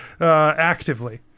actively